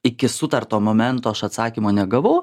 iki sutarto momento aš atsakymo negavau